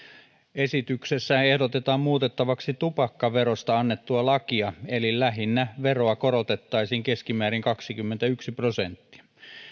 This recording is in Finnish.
esityksessä ehdotetaan muutettavaksi tupakkaverosta annettua lakia eli lähinnä veroa korotettaisiin keskimäärin kaksikymmentäyksi prosenttia